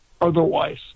otherwise